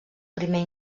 primer